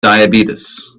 diabetes